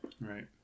Right